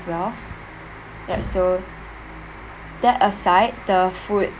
as well yup so that aside the food